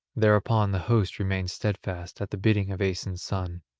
thereupon the host remained stedfast at the bidding of aeson's son,